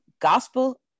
gospel